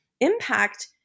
impact